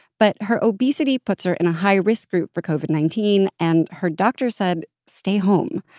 but her obesity puts her in a high-risk group for covid nineteen, and her doctor said stay home.